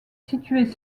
situés